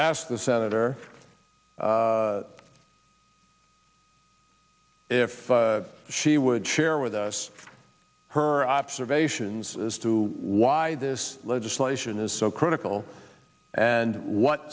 k the senator if she would share with us her observations as to why this legislation is so critical and what